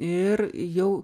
ir jau